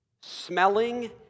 smelling